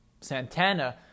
Santana